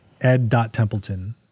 ed.templeton